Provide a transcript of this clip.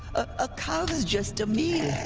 a cow is just a meal.